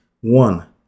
One